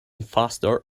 faster